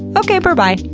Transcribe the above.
okay berbye!